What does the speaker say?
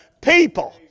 people